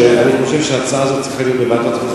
אני חושב שההצעה הזו צריכה להיות בוועדת החוץ